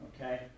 Okay